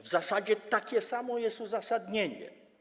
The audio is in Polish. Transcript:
W zasadzie takie samo jest uzasadnienie.